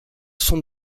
son